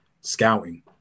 scouting